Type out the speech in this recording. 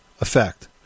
effect